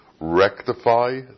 rectify